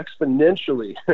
exponentially